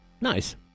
Nice